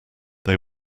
they